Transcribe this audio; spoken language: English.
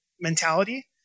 mentality